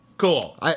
Cool